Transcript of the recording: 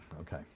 Okay